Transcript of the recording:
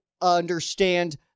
understand